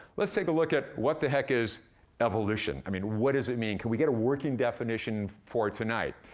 let's take a look at what the heck is evolution? i mean, what does it mean? can we get a working definition for tonight?